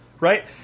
Right